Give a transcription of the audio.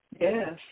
Yes